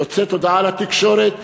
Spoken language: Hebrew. יוצאת הודעה לתקשורת ואומרת: